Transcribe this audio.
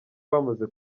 bamaze